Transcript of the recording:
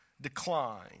decline